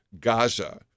Gaza